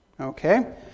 Okay